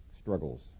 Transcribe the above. struggles